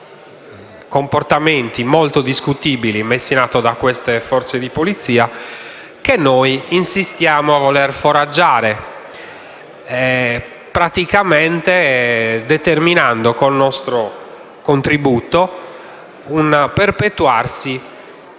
comportamenti molto discutibili messi in atto dalle stesse forze di polizia che noi insistiamo a voler foraggiare, praticamente determinando, con il nostro contributo, il perpetuarsi